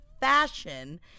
fashion